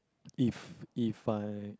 if if I